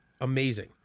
amazing